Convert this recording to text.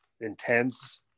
intense